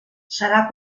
serà